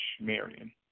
Marion